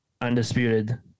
undisputed